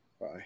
Bye